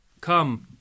come